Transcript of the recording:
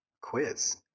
quiz